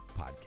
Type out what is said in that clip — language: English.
podcast